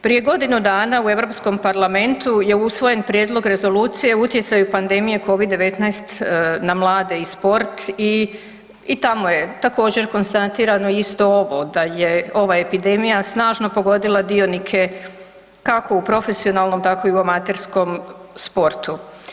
Prije godinu dana u Europskom parlamentu je usvoje Prijedlog rezolucije o utjecaju pandemije covid-19 na mlade i sport i tamo je također konstatirano isto ovo da je ova epidemija snažno pogodila dionike kako u profesionalnom tako i u amaterskom sportu.